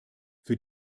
für